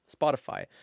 Spotify